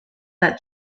that